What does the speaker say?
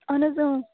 اَہَن حظ